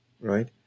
right